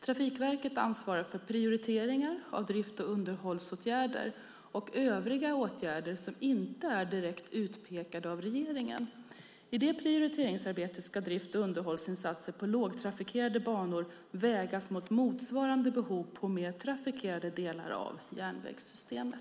Trafikverket ansvarar för prioriteringar av drifts och underhållsåtgärder och övriga åtgärder som inte är direkt utpekade av regeringen. I det prioriteringsarbetet ska drift och underhållsinsatser på lågtrafikerade banor vägas mot motsvarande behov på mer trafikerade delar av järnvägssystemet.